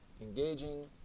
engaging